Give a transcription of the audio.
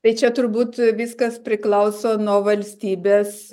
tai čia turbūt viskas priklauso nuo valstybės